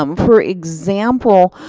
um for example,